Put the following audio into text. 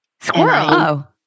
Squirrel